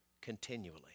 continually